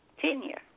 tenure